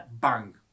bang